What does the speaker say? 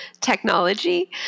technology